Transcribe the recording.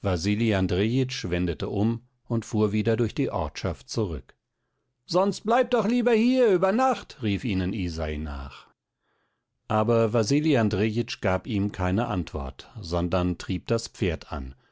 wendete um und fuhr wieder durch die ortschaft zurück sonst bleibt doch lieber hier über nacht rief ihnen isai nach aber wasili andrejitsch gab ihm keine antwort sondern trieb das pferd an